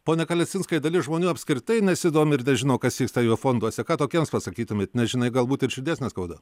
pone kalesinskai dalis žmonių apskritai nesidomi ir nežino kas vyksta jų fonduose ką tokiems pasakytumėt nežinai galbūt ir širdies neskauda